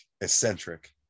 eccentric